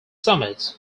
summit